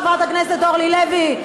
חברת הכנסת אורלי לוי,